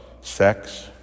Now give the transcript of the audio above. sex